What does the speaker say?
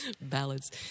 Ballads